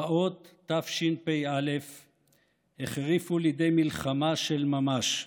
פרעות תשפ"א החריפו לידי מלחמה של ממש,